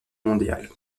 mondial